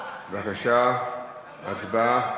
בבקשה, הצבעה.